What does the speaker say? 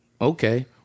Okay